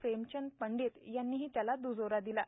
प्रेमचंद पंडित यांनीही त्यास दुजोरा दिला आहे